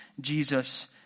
Jesus